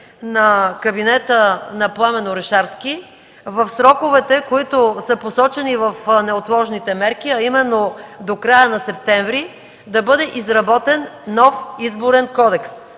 на кабинета на Пламен Орешарски в сроковете, посочени в неотложните мерки, а именно до края на септември, да бъде изработен нов Изборен кодекс.